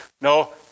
No